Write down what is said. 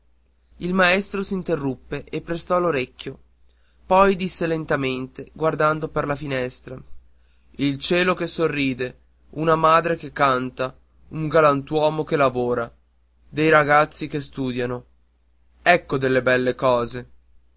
il maestro s'interruppe e prestò l'orecchio poi disse lentamente guardando per la finestra il cielo che sorride una madre che canta un galantuomo che lavora dei ragazzi che studiano ecco delle cose